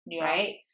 right